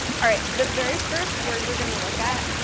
all right, the very first word we're gonna look at,